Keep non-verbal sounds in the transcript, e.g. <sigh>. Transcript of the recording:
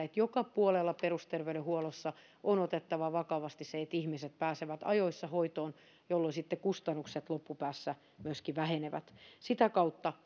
<unintelligible> että joka puolella perusterveydenhuollossa on otettava vakavasti se että ihmiset pääsevät ajoissa hoitoon jolloin sitten kustannukset loppupäässä myöskin vähenevät sitä kautta <unintelligible>